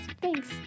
Thanks